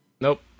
Nope